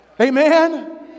Amen